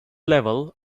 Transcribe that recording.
level